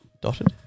dotted